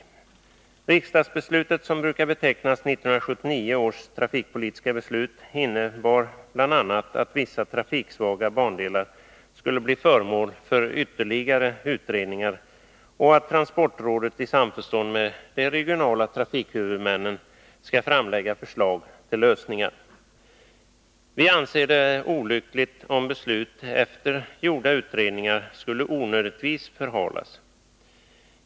Det riksdagsbeslut som brukar betecknas som 1979 års trafikpolitiska beslut innebar bl.a., att vissa trafiksvaga bandelar skulle bli föremål för ytterligare utredningar och att transportrådet i samförstånd med de regionala trafikhuvudmännen skall framlägga förslag till lösningar. Vi anser det olyckligt om beslut efter gjorda utredningar skulle onödigtvis förhalas.